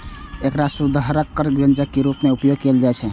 एकरा सुअदगर व्यंजन के रूप मे उपयोग कैल जाइ छै